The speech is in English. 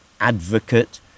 advocate